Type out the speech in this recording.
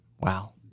wow